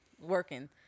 working